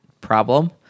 problem